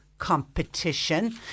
competition